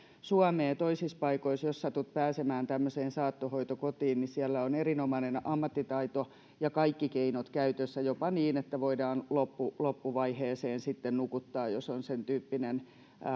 suomea toisissa paikoissa jos satut pääsemään tämmöiseen saattohoitokotiin on erinomainen ammattitaito ja kaikki keinot käytössä jopa niin että voidaan loppuvaiheeseen sitten nukuttaa jos on sen tyyppinen